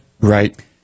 Right